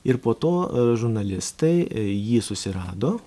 ir po to žurnalistai jį susirado